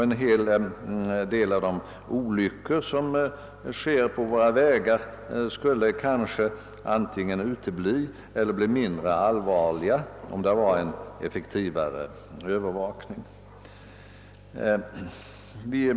En hel del av olyckorna på våra vägar skulle kanske aldrig inträffa eller i varje fall bli mindre allvarliga med en effektivare övervakning.